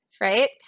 right